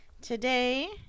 Today